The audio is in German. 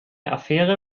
affäre